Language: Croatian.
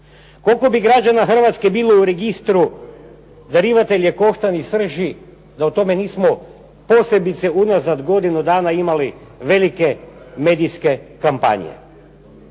Koliko bi građana Hrvatske bilo u registru darivatelja koštane srži, da o tome nismo, posebice unazad godinu dana imali velike medijske kampanje?